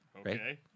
Okay